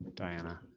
diana.